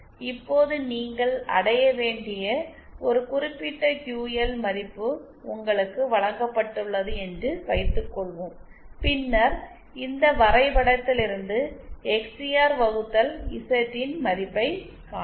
இப்போது நீங்கள் அடைய வேண்டிய ஒரு குறிப்பிட்ட கியூஎல் மதிப்பு உங்களுக்கு வழங்கப்பட்டுள்ளது என்று வைத்துக்கொள்வோம் பின்னர் இந்த வரைபடத்திலிருந்து எக்ஸ்சிஆர் XCR வகுத்தல் இசட் இன் மதிப்பைக் காணலாம்